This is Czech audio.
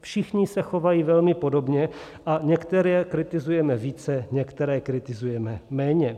Všichni se chovají velmi podobně a některé kritizujeme více, některé kritizujeme méně.